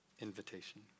invitation